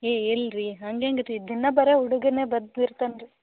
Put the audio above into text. ಏ ಇಲ್ರಿ ಹಂಗೆಂಗೆ ತಿದ್ದೀನಿ ಬರೋ ಹುಡಗನೇ ಬರ್ದಿರ್ತಾನೆ ರೀ